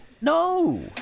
No